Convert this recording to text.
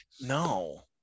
no